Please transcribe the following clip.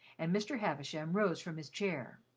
and mr. havisham rose from his chair.